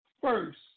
first